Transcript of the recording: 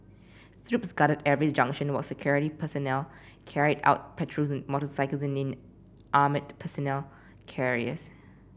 troops guarded every junction while security personnel carried out patrols on motorcycles and in armoured personnel carriers